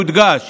יודגש